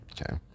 Okay